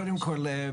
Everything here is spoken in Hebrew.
קודם כל,